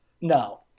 No